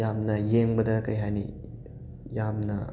ꯌꯥꯝꯅ ꯌꯦꯡꯕꯗ ꯀꯩ ꯍꯥꯏꯅꯤ ꯌꯥꯝꯅ